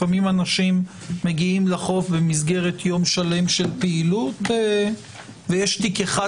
לפעמים אנשים מגיעים לחוף במסגרת יום שלם של פעילות ויש תיק אחד